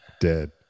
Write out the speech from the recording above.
Dead